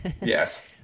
Yes